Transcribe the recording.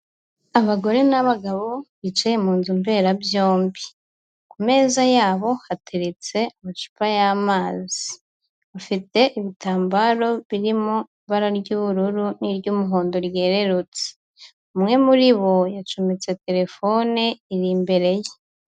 Abagore n'abagabo bicaye mu nzu mberabyombi, ku meza y'abo hateretse amacupa y'amazi, bafite ibitambaro biri mu ibara ry'ubururu n'iry'umuhondo ryererutse, umwe muri bo yacometse telephone iri imbere ye.